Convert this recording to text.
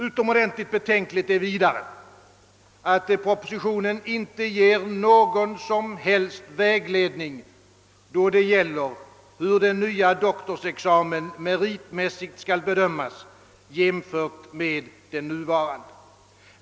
Utomordentligt betänkligt är vidare, att propositionen inte ger någon som helst vägledning, då det gäller hur den nya doktorsexamen meritmässigt skall bedömas jämfört med den nuvarande.